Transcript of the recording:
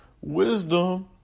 Wisdom